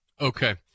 Okay